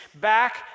back